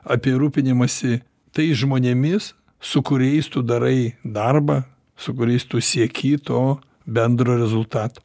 apie rūpinimąsi tais žmonėmis su kuriais tu darai darbą su kuriais tu sieki to bendro rezultato